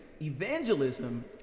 evangelism